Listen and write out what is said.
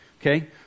Okay